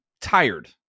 tired